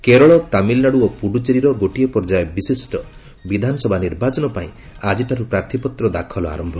କେରଳ ତାମିଲନାଡୁ ଓ ପୁଡୁଚେରୀର ଗୋଟିଏ ପର୍ଯ୍ୟାୟ ବିଶିଷ୍ଟ ବିଧାନସଭା ନିର୍ବାଚନ ପାଇଁ ଆଜିଠାର୍ତ ପ୍ରାର୍ଥୀପତ୍ର ଦାଖଲ ଆରମ୍ଭ